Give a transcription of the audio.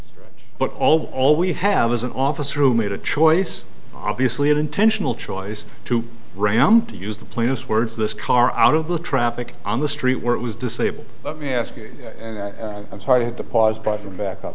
circus but all all we have is an officer who made a choice obviously an intentional choice to ram to use the plainest words this car out of the traffic on the street where it was disabled let me ask you a part of the pause button bac